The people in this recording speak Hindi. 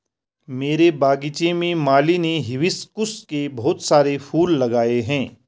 मेरे बगीचे में माली ने हिबिस्कुस के बहुत सारे फूल लगाए हैं